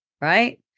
right